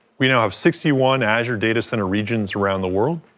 we now have sixty one azure data center regions around the world.